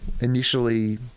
initially